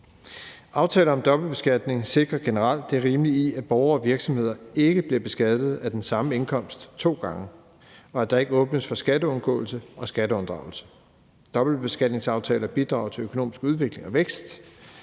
Aftaler om dobbeltbeskatning sikrer generelt det rimelige i, at borgere og virksomheder ikke bliver beskattet af den samme indkomst to gange, og at der ikke åbnes for skatteundgåelse og skatteunddragelse. Dobbeltbeskatningsaftaler bidrager til økonomisk udvikling og vækst,